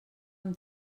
amb